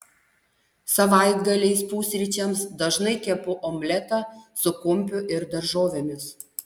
savaitgaliais pusryčiams dažnai kepu omletą su kumpiu ir daržovėmis